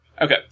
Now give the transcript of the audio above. Okay